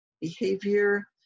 behavior